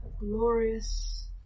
Glorious